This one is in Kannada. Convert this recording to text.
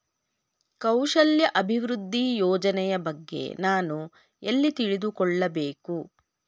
ಕೌಶಲ್ಯ ಅಭಿವೃದ್ಧಿ ಯೋಜನೆಯ ಬಗ್ಗೆ ನಾನು ಎಲ್ಲಿ ತಿಳಿದುಕೊಳ್ಳಬೇಕು?